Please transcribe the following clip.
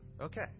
Okay